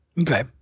Okay